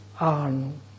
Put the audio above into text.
on